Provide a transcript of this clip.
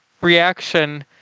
reaction